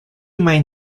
main